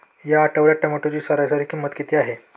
या आठवड्यात टोमॅटोची सरासरी किंमत किती आहे?